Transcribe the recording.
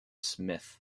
smith